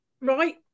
right